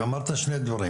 כי אמרת שני דברים,